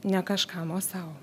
ne kažkam o sau